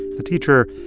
the teacher,